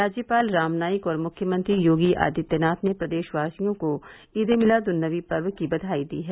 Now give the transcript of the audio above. राज्यपाल राम नाईक और मुख्यमंत्री योगी आदित्यनाथ ने प्रदेशवासियों को ईद ए मिलाद उन नवी पर्व की बघाई दी है